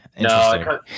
No